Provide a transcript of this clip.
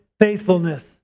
faithfulness